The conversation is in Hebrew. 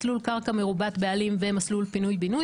מסלול קרקע מרובת בעלים ומסלול פינוי-בינוי.